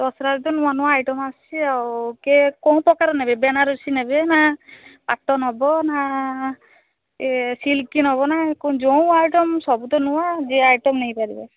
ଦଶହରାରେ ତ ନୂଆ ନୂଆ ଆଇଟମ୍ ଆସିଛି ଆଉ କେ କୋଉପ୍ରକାର ନେବେ ବନାରସି ନେବେ ନା ପାଟ ନେବନା ସେ ସିଲ୍କ୍ ନେବନା ଯୋଉଁ ଆଇଟମ୍ ସବୁ ତ ନୂଆ ଯେ ଆଇଟମ୍ ନେଇପାରିବେ